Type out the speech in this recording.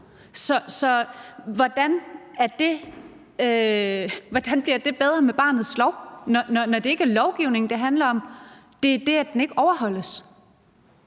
Så hvordan bliver det bedre med barnets lov, når det ikke er lovgivningen, det handler om, men det, at den ikke overholdes?